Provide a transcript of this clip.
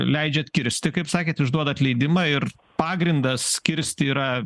leidžiat kirsti kaip sakėt išduodant leidimą ir pagrindas kirsti yra